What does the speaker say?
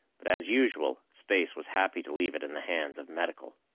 but as usual, space was happy to leave it in the hands of medical.